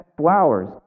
flowers